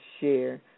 share